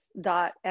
dot